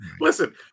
listen